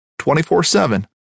24-7